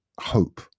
hope